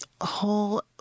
whole